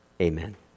Amen